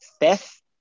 Fifth